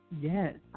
Yes